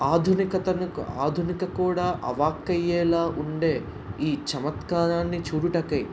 ఆధునికతను ఆధునికత కూడా అవాక్కు అయ్యేలా ఉండే ఈ చమత్కారాన్ని చూడుటకై